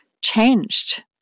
changed